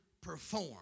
perform